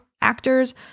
actors